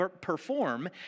perform